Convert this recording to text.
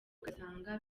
ugasanga